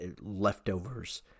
leftovers